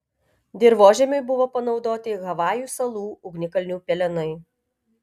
dirvožemiui buvo panaudoti havajų salų ugnikalnių pelenai